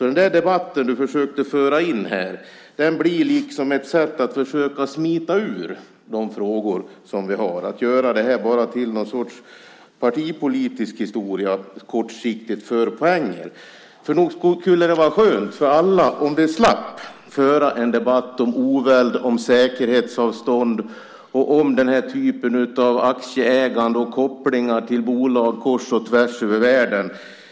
Den debatt du försökte föra in här blir liksom ett sätt att försöka smita ifrån de frågor vi har och att göra det här till en partipolitisk historia för kortsiktiga poänger. Nog skulle det vara skönt för alla om vi slapp föra en debatt om oväld, om säkerhetsavstånd och om den här typen av aktieägande och kopplingar till bolag kors och tvärs över världen.